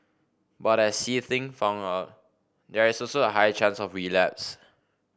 but as See Ting found out there is also a high chance of relapse